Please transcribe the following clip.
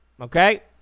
Okay